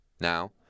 Now